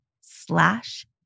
slash